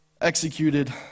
executed